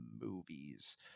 Movies